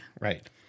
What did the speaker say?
right